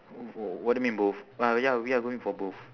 w~ what do you mean both uh ya we are going for both